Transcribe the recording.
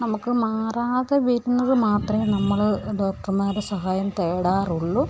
നമ്മൾക്ക് മാറാതെ വരുന്നത് മാത്രം നമ്മൾ ഡോക്ടര്മാരെ സഹായം തേടാറുള്ളൂ